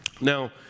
Now